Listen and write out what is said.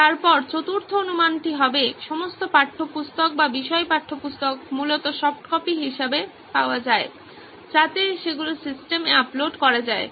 তারপর চতুর্থ অনুমানটি হবে সমস্ত পাঠ্যপুস্তক বা বিষয় পাঠ্যপুস্তক মূলত সফট কপি হিসাবে পাওয়া যায় যাতে সেগুলি সিস্টেমে আপলোড করা যায়